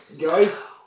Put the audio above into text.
Guys